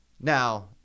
Now